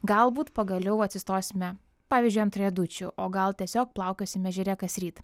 galbūt pagaliau atsistosime pavyzdžiui ant riedučių o gal tiesiog plaukiosim ežere kasryt